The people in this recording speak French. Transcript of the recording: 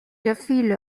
défile